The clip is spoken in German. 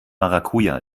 maracuja